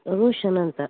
ರೋಷನ್ ಅಂತ